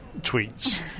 Tweets